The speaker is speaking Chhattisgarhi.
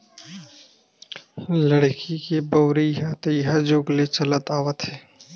लकड़ी के बउरइ ह तइहा जुग ले चलत आवत हे